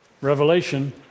Revelation